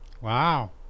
Wow